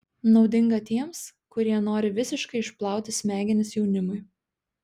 naudinga tiems kurie nori visiškai išplauti smegenis jaunimui